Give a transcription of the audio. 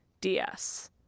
DS